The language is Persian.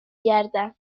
گردم